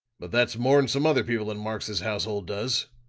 but that's more'n some other people in marx's household does.